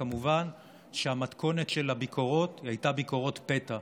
וכמובן שהמתכונת של הביקורות הייתה ביקורות פתע,